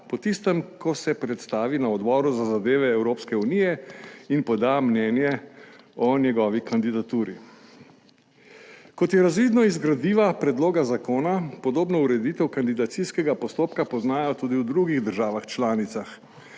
po tistem, ko se predstavi na Odboru za zadeve Evropske unije in poda mnenje o njegovi kandidaturi. Kot je razvidno iz gradiva predloga zakona, podobno ureditev kandidacijskega postopka poznajo tudi v drugih državah članicah,